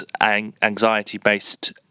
anxiety-based